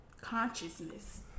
consciousness